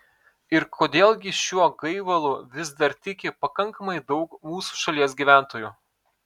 ir kodėl gi šiuo gaivalu vis dar tiki pakankamai daug mūsų šalies gyventojų